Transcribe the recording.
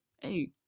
hey